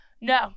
No